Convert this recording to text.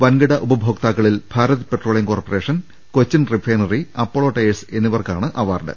വൻകിട ഉപഭോക്താക്കളിൽ Bharat Petroleum Corporation Cochin Refinery Apollo Tyres എന്നി വർക്കാണ് അവാർഡ്